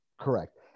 Correct